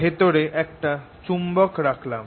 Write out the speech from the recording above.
ভেতরে একটা চুম্বক রাখলাম